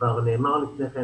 כבר נאמר לפני כן